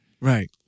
right